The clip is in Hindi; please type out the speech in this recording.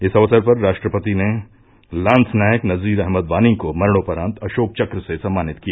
इस अवसर पर राष्ट्रपति ने लांस नायक नजीर अहमद वानी को मरणोपरांत अशोक चक्र से सम्मानित किया